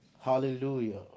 Hallelujah